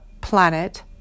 planet